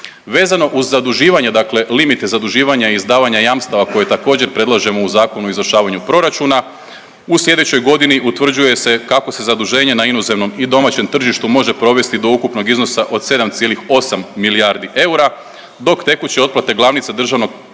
Vezano uz zaduživanje, dakle limite zaduživanja i izdavanja jamstava koje također predlažemo u Zakonu o izvršavanju proračuna, u sljedećoj godini utvrđuje se kako se zaduženje na inozemnom i domaćem tržištu može provesti do ukupnog iznosa od 7,8 milijardi eura dok tekuće otplate glavnica državnog